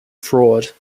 fraud